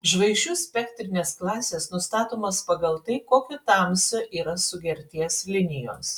žvaigždžių spektrinės klasės nustatomos pagal tai kokio tamsio yra sugerties linijos